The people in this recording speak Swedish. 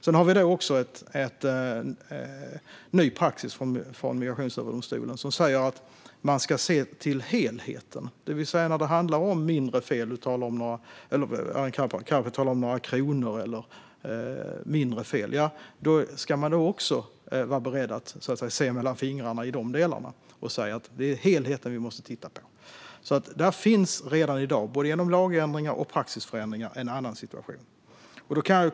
Vi har också en ny praxis från Migrationsöverdomstolen som säger att man ska se till helheten. När det handlar om mindre fel ska man vara beredd att se mellan fingrarna och titta på helheten. Alltså har vi redan i dag, både genom lagändringar och praxisförändringar, en annan situation.